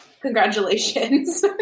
Congratulations